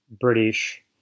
british